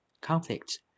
conflict